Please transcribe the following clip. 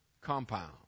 compound